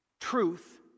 Truth